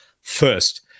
first